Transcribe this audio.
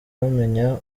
bamenya